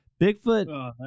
Bigfoot